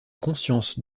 conscience